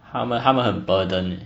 他们他们很 burden